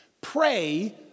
Pray